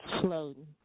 floating